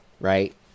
right